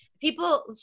people